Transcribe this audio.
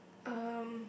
um